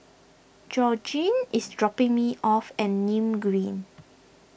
Georgene is dropping me off at Nim Green